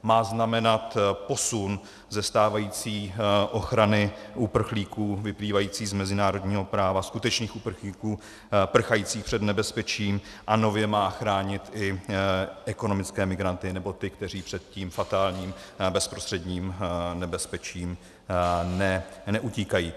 Má znamenat posun ze stávající ochrany uprchlíků vyplývající z mezinárodního práva, skutečných uprchlíků, prchajících před nebezpečím, a nově má chránit i ekonomické migranty nebo ty, kteří před tím fatálním bezprostředním nebezpečím neutíkají.